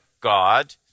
God